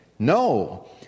No